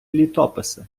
літописи